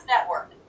Network